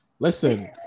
Listen